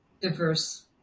diverse